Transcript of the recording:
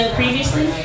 previously